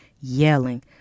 yelling